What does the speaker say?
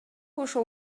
ошол